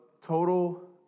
total